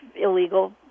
illegal